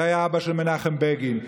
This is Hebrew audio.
זה היה אבא של מנחם בגין.